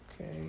okay